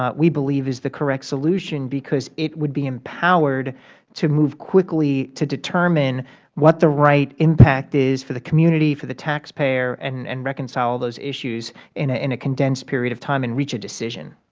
ah we believe, is the correct solution, because it would be empowered to move quickly to determine what the right impact is for the community, for the taxpayer, and and reconcile those issues in ah in a condensed period of time and reach a decision.